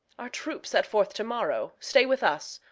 our troops set forth to-morrow. stay with us.